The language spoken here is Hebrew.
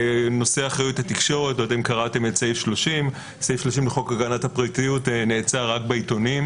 נושא אחריות התקשורת סעיף 30 לחוק הגנת הפרטיות נעצר רק בעיתונים.